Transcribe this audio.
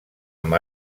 amb